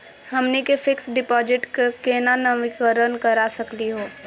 हमनी के fix deposit क केना नवीनीकरण करा सकली हो?